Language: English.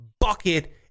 bucket